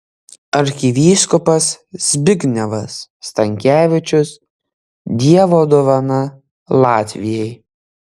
arkivyskupas zbignevas stankevičius dievo dovana latvijai